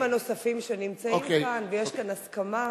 ועל השרים הנוספים שנמצאים כאן, ויש כאן הסכמה.